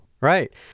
Right